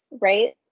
right